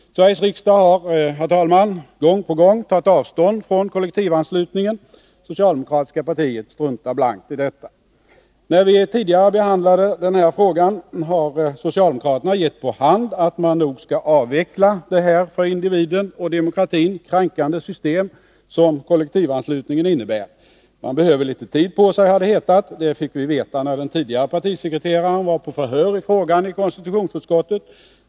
Sveriges riksdag har gång på gång tagit avstånd från kollektivanslutningen. Det socialdemokratiska partiet struntar blankt i detta. När vi tidigare behandlat den här frågan har socialdemokraterna gett på hand att man nog skall avveckla det för individen och demokratin kränkande system som kollektivanslutningen innebär. Man behöver litet tid på sig, har det hetat — det fick vi veta när den tidigare partisekreteraren var på förhör i frågan i konstitutionsutskottet.